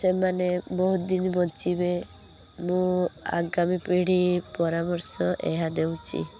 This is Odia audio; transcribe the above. ସେମାନେ ବହୁତ ଦିନ ବଞ୍ଚିବେ ମୁଁ ଆଗାମୀ ପିଢ଼ି ପରାମର୍ଶ ଏହା ଦେଉଛି